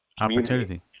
opportunity